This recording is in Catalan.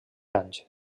anys